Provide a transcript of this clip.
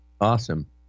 awesome